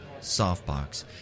Softbox